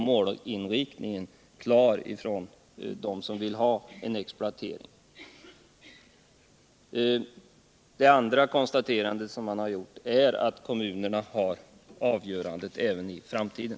Målinriktningen är dock klar från dem som vill ha en exploatering. Det andra konstaterandet jag vill göra är att kommunerna har avgörandet även i framtiden.